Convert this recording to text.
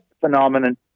phenomenon